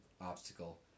obstacle